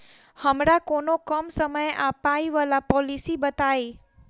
हमरा कोनो कम समय आ पाई वला पोलिसी बताई?